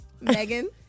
Megan